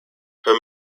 her